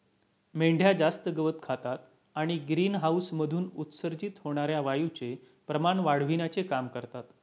मेंढ्या जास्त गवत खातात आणि ग्रीनहाऊसमधून उत्सर्जित होणार्या वायूचे प्रमाण वाढविण्याचे काम करतात